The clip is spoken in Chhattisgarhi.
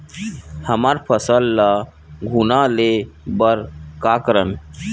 हमर फसल ल घुना ले बर का करन?